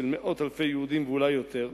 של מאות אלפי יהודים ואולי יותר,